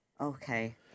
Okay